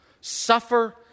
Suffer